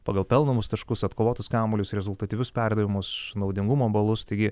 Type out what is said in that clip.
pagal pelnomus taškus atkovotus kamuolius rezultatyvius perdavimus naudingumo balus taigi